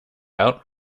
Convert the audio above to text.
out